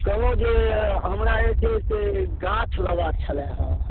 कहलहुँ जे हमरा जे छै से गाछ लेबाक छलैहँ